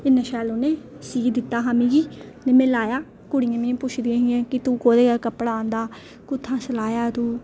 इन्ना शैल उ'न्ने सीऽ दित्ता हा उ'न्ने मिगी ते में लाया ते कुड़ियां मिगी पुछदियां हियां कुत्थूं लेआंदा कपड़ा कुत्थूं सिलाया तूं